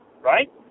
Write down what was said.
right